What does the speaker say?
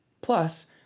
plus